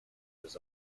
has